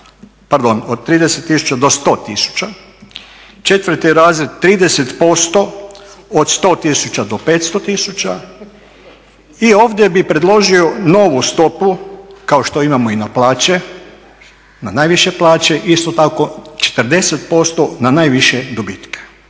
od 30 tisuća do 100 tisuća, četvrti razred 30% od 100 tisuća do 500 tisuća i ovdje bih predložio novu stopu, kao što imamo i na plaće, na najviše plaće, isto tako 40% na najviše dobitke.